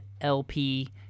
LP